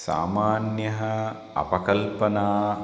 सामान्या अपकल्पना